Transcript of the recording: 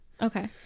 Okay